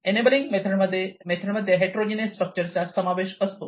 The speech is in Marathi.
एनएब्लिंग मेथड मध्ये हेट्रोजीनियस स्ट्रक्चर चा समावेश असतो